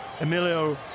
Emilio